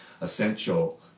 essential